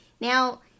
Now